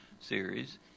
series